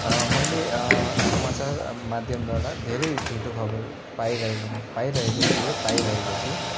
मैले समाचार माध्यमद्वारा धेरै झुटो खबर पाइरहेको पाइरहेको थिएँ पाइरहेको छु